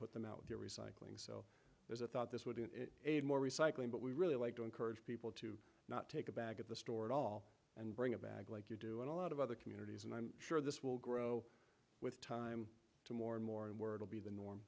put them out of your recycling so there's a thought this would be more recycling but we really like to encourage people to not take a bag of the store at all and bring a bag like you do in a lot of other communities and i'm sure this will grow with time to more and more and word will be the norm